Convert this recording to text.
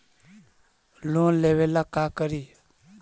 Loan लेबे ला का करि?